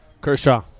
Kershaw